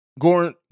Goran